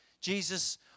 Jesus